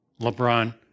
LeBron